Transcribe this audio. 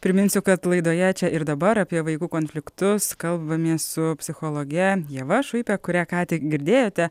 priminsiu kad laidoje čia ir dabar apie vaikų konfliktus kalbamės su psichologe ieva šuipe kurią ką tik girdėjote